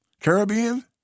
Caribbean